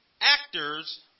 actors